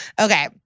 okay